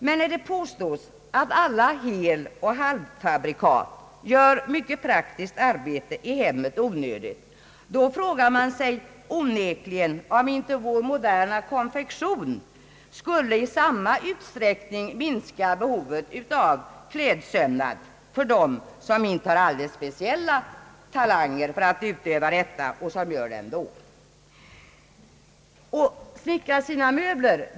Men när det påstås att alla heloch halvfabrikat gör mycket praktiskt arbete i hemmet onödigt, frågar man sig om inte vår moderna konfektion skulle i samma utsträckning minska behovet av klädsömnad för dem, som inte har alldeles speciella talanger för detta och sysslar med det ändå.